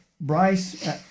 Bryce